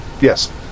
Yes